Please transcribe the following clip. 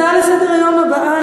הצעה לסדר-היום הבאה,